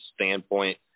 standpoint